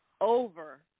over